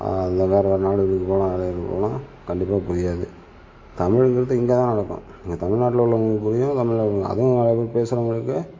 இந்த மாதிரி இல்லைனாலும் கண்டிப்பாக புரியாது தமிழிங்குறது இங்கே தான் நடக்கும் இங்கே தமிழ் நாட்டில் உள்ளவங்க வந்து அதுவும் நிறையா பேர் பேசுகிறவங்களுக்கு